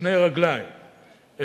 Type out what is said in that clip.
שתי רגליים,